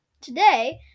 today